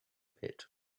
pit